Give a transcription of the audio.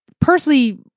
personally